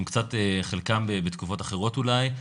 שחלקם בתקופות אחרות אולי,